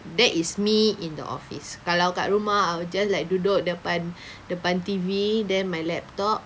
that is me in the office kalau kat rumah I will just like duduk depan depan T_V then my laptop